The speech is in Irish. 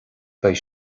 beidh